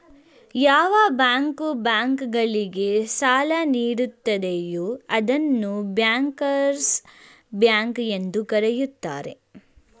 ಯಾವ bank bank ಗಳಿಗೆ ಸಾಲ ನೀಡುತ್ತದೆಯೂ ಅದನ್ನು ಬ್ಯಾಂಕರ್ಸ್ ಬ್ಯಾಂಕ್ ಎಂದು ಕರೆಯುತ್ತಾರೆ